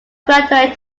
graduating